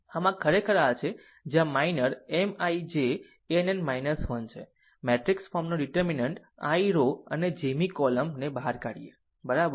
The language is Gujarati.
આમ આ ખરેખર આ છે જ્યાં માઈનર M ij ann 1 છે મેટ્રિક્સ ફોર્મનો ડીટેર્મિનન્ટ i રો અને j મી કોલમ ને બહાર કાઢીએ બરાબર